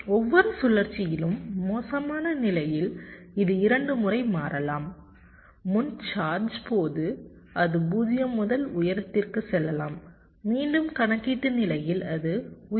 ஒவ்வொரு சுழற்சியிலும் மோசமான நிலையில் இது இரண்டு முறை மாறலாம் முன் சார்ஜ் போது அது 0 முதல் உயரத்திற்கு செல்லலாம் மீண்டும் கணக்கீட்டு நிலையில் அது உயரத்திலிருந்து கீழ் செல்லலாம்